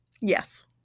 Yes